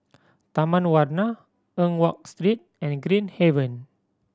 Taman Warna Eng Watt Street and Green Haven